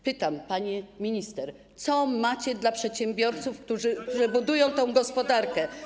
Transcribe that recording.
Pytam, pani minister: Co macie dla przedsiębiorców, którzy budują tę gospodarkę?